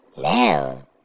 Now